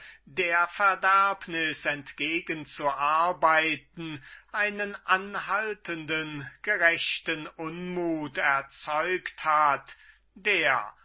der verderbnis entgegen zu arbeiten einen anhaltenden gerechten unmut erregt hat der